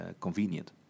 convenient